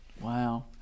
Wow